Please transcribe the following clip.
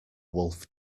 wolf